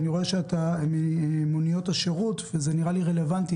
לו הנחיות/הוראות?